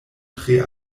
tre